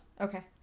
Okay